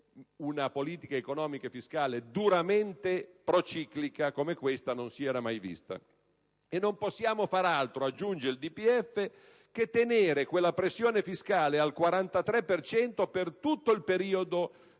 una politica economica fiscale duramente prociclica come questa non si era mai vista. E non possiamo far altro - aggiunge il DPEF - che tenere quella pressione fiscale al 43 per cento per tutto il periodo